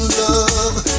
love